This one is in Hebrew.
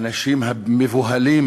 האנשים המבוהלים